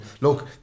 look